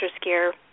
scare